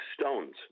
stones